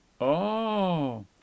Oh